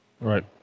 Right